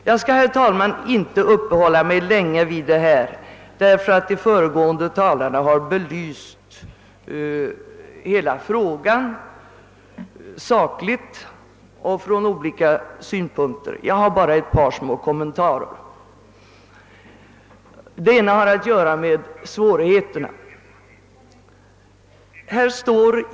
Jag skall, herr talman, inte uppehålla mig länge vid denna fråga, eftersom de föregående talarna har belyst den sak ligt och från olika synpunkter. Jag skall endast göra ett par kommentarer. Den ena gäller svårigheterna.